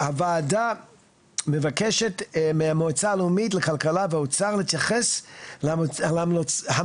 הועדה מבקשת מהמועצה הלאומית לכלכלה והאוצר להתייחס להמלצותיה